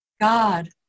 God